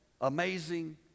amazing